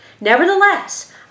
Nevertheless